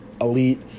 elite